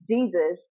Jesus